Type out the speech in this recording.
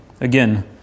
Again